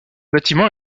bâtiment